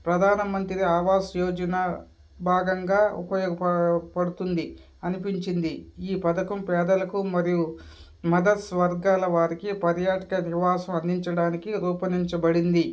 ప్రధానమంత్రి ఆవాస్ యోజన భాగంగా ఉపయోగప పడుతుంది అనిపించింది ఈ పథకం పేదలకు మరియు మదర్స్ వర్గాల వారికి పర్యాటక నివాసం అందించడానికి రూపణంచబడింది